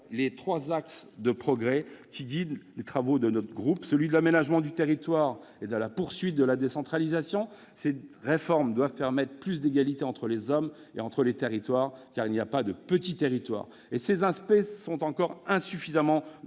les trois axes de progrès qui guident les travaux du groupe socialiste et républicain. Le premier axe est celui de l'aménagement du territoire et de la poursuite de la décentralisation. Cette réforme doit permettre plus d'égalité entre les hommes et entre les territoires, car il n'y a pas de petit territoire. Ces aspects sont encore insuffisamment garantis